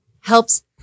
helps